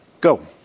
go